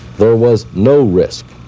there was no risk